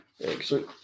Excellent